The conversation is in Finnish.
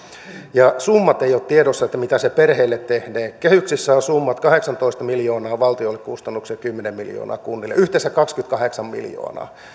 ja summat eivät ole tiedossa mitä se perheille tehnee kehyksissä on sellaiset summat kuin kahdeksantoista miljoonaa valtiolle kustannuksia kymmenen miljoonaa kunnille yhteensä kaksikymmentäkahdeksan miljoonaa